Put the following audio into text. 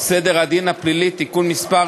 סדר הדין הפלילי (תיקון מס'